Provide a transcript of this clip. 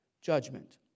judgment